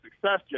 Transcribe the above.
success